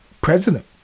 president